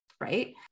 right